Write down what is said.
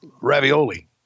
ravioli